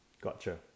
Gotcha